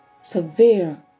severe